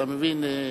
אתה מבין?